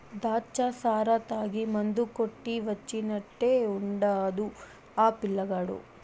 దాచ్చా సారా తాగి మందు కొట్టి వచ్చినట్టే ఉండాడు ఆ పిల్లగాడు